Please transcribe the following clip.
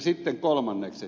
sitten kolmanneksi